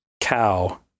cow